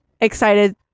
excited